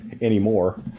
anymore